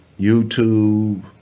YouTube